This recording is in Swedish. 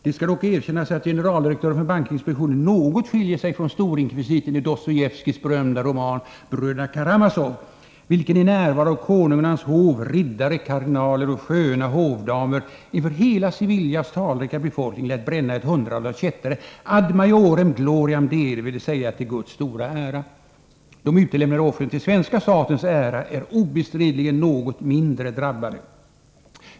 Det skall dock erkännas att generaldirektören för bankinkvisitionen något skiljer sig från storinkvisitorn i Dostojevskijs berömda roman Bröderna Karamasov, vilken i närvaro av konungen och hans hov, riddare, kardinaler och sköna hovdamer inför hela Sevillas talrika befolkning lät bränna ett hundratal kättare ad majorem gloriam Dei, till Guds stora ära. De utlämnade offren till svenska statens ära är obestridligen något mindre drabbade.